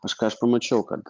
aš ką aš pamačiau kad